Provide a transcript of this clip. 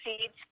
seeds